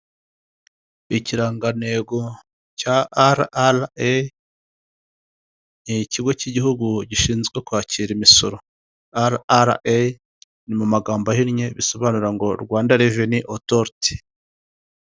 Ikirangantego cya RRA, ni ikigo cy'Igihugu gishinzwe kwakira imisoro, RRA ni mu magambo ahinnye bisobanura ngo Rwanda Revenue Authority.